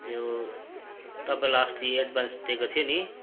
यो तपाईँलाई अस्ति एडभान्स दिएको थियो नि